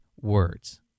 words